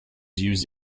used